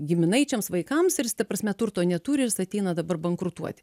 giminaičiams vaikams ir jis ta prasme turto neturi ir jis ateina dabar bankrutuoti